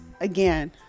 Again